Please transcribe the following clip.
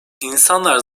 i̇nsanlar